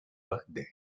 birthday